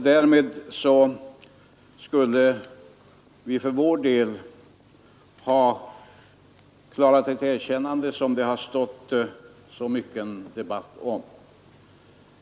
Därmed skulle vi för vår del ha klarat ett erkännande som det har varit mycken debatt om.